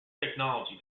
technology